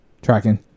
Tracking